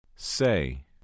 Say